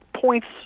points